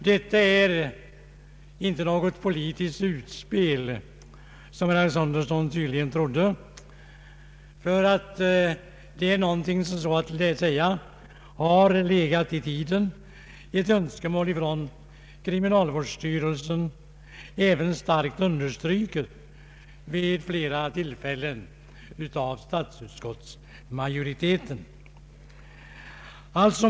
Detta är inte något politiskt utspel, som herr Alexanderson tydligen trodde, utan det är någonting som så att säga har legat i tiden. Det är ett önskemål från kriminalvårdsstyrelsen, även starkt understruket vid flera tillfällen av utskottsmajoriteten.